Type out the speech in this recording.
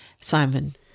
Simon